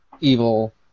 evil